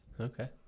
Okay